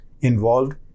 involved